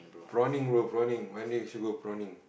prawning bro prawning one day we should go prawning